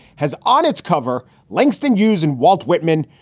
has on its cover langston hughes and walt whitman,